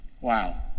Wow